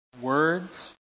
words